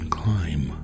climb